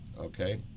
Okay